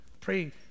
pray